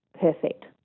perfect